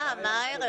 מה הערך?